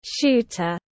shooter